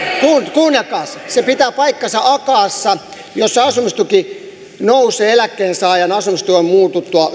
kuunnelkaas pitää paikkansa akaalla missä asumistuki nousee eläkkeensaajan asumistuen muututtua